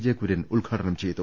J Kurian ഉദ്ഘാടനം ചെയ്തു